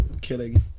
killing